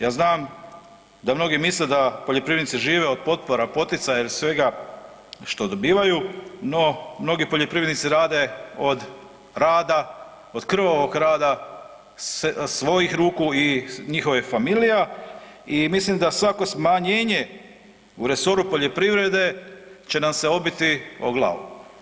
Ja znam da mnogi misle da poljoprivrednici žive od potpora, poticaja i svega što dobivaju, no mnogi poljoprivrednici rade od rada, od krvavog rada svojih ruku i njihovih familija i mislim da svako smanjenje u resoru poljoprivrede će nam se obiti o glavu.